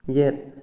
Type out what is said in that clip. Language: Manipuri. ꯌꯦꯠ